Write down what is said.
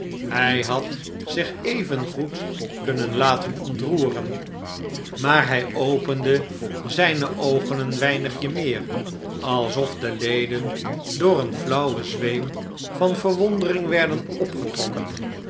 hij had zich evengoed kunnen laten ontroeren maar hij opende zijne oogen een weinigje meer alsof de leden door een flauwen zweem van verwondering werden opgetrokken